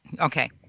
Okay